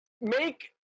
make